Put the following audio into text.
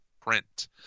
print